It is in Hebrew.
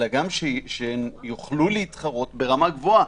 אלא שהן גם יוכלו להתחרות ברמה גבוהה.